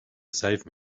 save